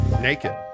naked